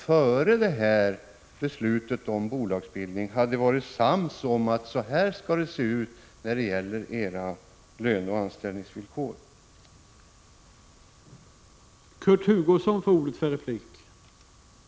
Före det beslut som riksdagen nu kommer att fatta borde de berörda parterna ha varit sams om vilka löneoch anställningsvillkor som skall gälla.